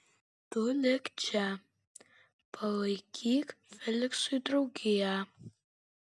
tu lik čia palaikyk feliksui draugiją